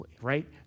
Right